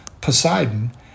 Poseidon